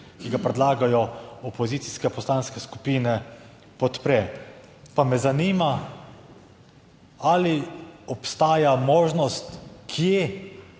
ki ga predlagajo opozicijske poslanske skupine podpre. Pa me zanima, ali obstaja možnost, kje